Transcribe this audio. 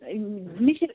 مِشِرۍ